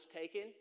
taken